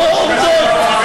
לא עובדות.